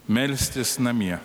melstis namie